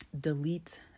delete